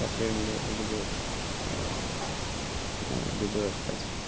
कपडे बडे रेडी दवर हे हय दुबय वचपाची